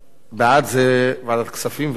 בעד זה ועדת כספים ונגד זה הסרה.